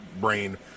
brain